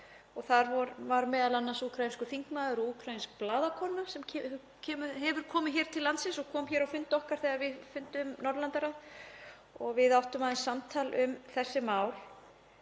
að þar var m.a. úkraínskur þingmaður og úkraínsk blaðakona sem hefur komið hingað til lands og kom á fund okkar þegar við funduðum, Norðurlandaráð, og við áttum aðeins samtal um þessi mál.